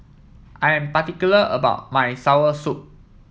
I am particular about my soursop